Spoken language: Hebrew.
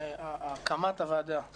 על הקמת הוועדה החשובה.